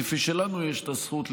כפי שלנו יש את הזכות,